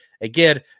Again